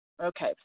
Okay